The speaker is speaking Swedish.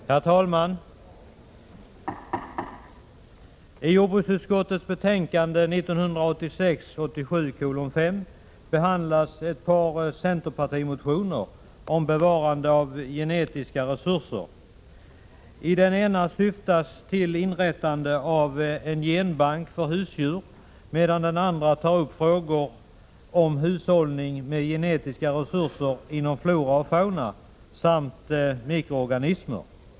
Herr talman! I jordbruksutskottets betänkande 1986/87:5 behandlas ett parcenterpartimotioner om bevarande av genetiska resurser. I den ena syftas till inrättande av en genbank för husdjur, medan den andra på ett mer övergripande sätt tar upp frågorna om hushållning med genetiska resurser inom flora och fauna samt med mikroorganismer.